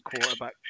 quarterback